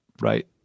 right